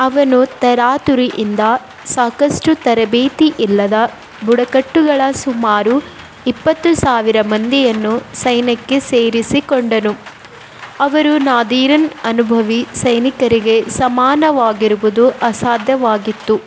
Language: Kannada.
ಅವನು ತರಾತುರಿಯಿಂದ ಸಾಕಷ್ಟು ತರಬೇತಿಯಿಲ್ಲದ ಬುಡಕಟ್ಟುಗಳ ಸುಮಾರು ಇಪ್ಪತ್ತು ಸಾವಿರ ಮಂದಿಯನ್ನು ಸೈನ್ಯಕ್ಕೆ ಸೇರಿಸಿಕೊಂಡನು ಅವರು ನಾದೀರನ ಅನುಭವಿ ಸೈನಿಕರಿಗೆ ಸಮಾನವಾಗಿರುವುದು ಅಸಾಧ್ಯವಾಗಿತ್ತು